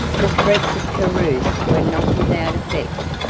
the threats of carus were not without effect.